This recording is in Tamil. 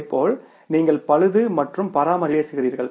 இதேபோல் நீங்கள் பழுது மற்றும் பராமரிப்பு பற்றி பேசுகிறீர்கள்